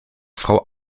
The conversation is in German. frau